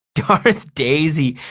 darth daisy!